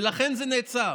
ולכן זה נעצר.